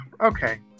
Okay